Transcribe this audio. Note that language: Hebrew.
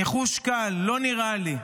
ניחוש קל: לא נראה לי,